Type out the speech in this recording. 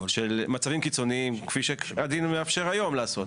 במצבים קיצוניים, כפי שהדין מאפשר היום לעשות.